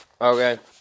Okay